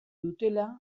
dutela